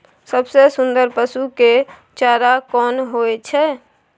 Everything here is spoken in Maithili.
सबसे सुन्दर पसु के चारा कोन होय छै?